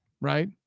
right